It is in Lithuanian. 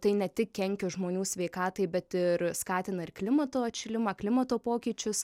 tai ne tik kenkia žmonių sveikatai bet ir skatina ir klimato atšilimą klimato pokyčius